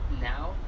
now